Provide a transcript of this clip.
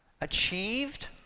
achieved